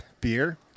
beer